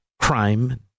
crime